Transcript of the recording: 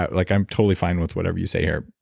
like i'm totally fine with whatever you say here.